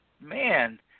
man